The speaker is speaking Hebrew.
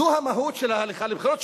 זו המהות של ההליכה לבחירות,